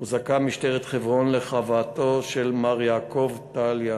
הוזעקה משטרת חברון לחוותו של מר יעקב טליה